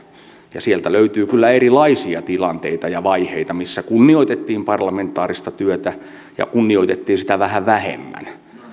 ja sieltä löytyy kyllä erilaisia tilanteita ja vaiheita missä kunnioitettiin parlamentaarista työtä ja kunnioitettiin sitä vähän vähemmän